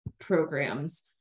programs